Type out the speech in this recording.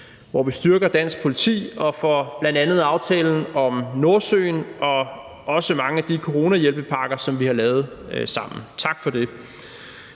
hvor vi styrker dansk politi, og for bl.a. aftalen om Nordsøen og også mange af de coronahjælpepakker, som vi har lavet sammen. Tak for det.